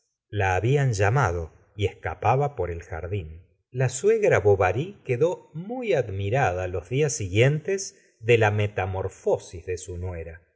la habían llamado y escapaba por el jardín la suegra bovary quedó muy admirada los días siguientes de la metamorfosis de su nuera